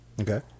okay